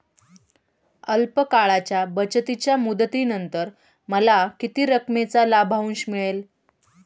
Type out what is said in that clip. अल्प काळाच्या बचतीच्या मुदतीनंतर मला किती रकमेचा लाभांश मिळेल?